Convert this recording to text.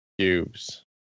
cubes